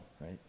right